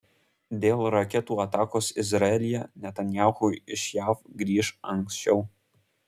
dėl raketų atakos izraelyje netanyahu iš jav grįš anksčiau